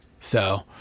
So-